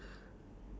ah ya